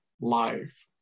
life